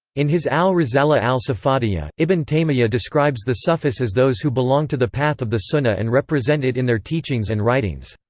in his al-risala al-safadiyya, ibn taymiyyah describes the sufis as those who belong to the path of the sunna and represent it in their teachings and writings.